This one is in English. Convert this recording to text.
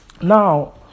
Now